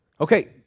Okay